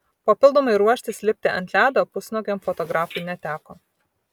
papildomai ruoštis lipti ant ledo pusnuogiam fotografui neteko